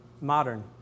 modern